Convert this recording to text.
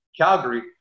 Calgary